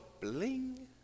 bling